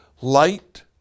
Light